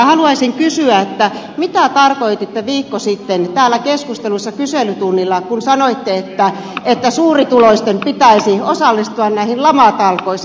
haluaisin kysyä mitä tarkoititte viikko sitten täällä keskustelussa kyselytunnilla kun sanoitte että suurituloisten pitäisi osallistua näihin lamatalkoisiin